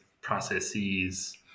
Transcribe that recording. processes